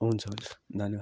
हुन्छ हुन्छ धन्यवाद